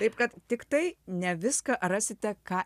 taip kad tiktai ne viską rasite ką